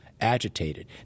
agitated